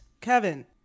Kevin